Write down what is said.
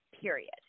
period